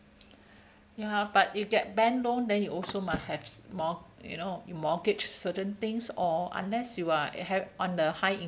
ya but you get bank loan then you also must have more you know you mortgage certain things or unless you are have on the high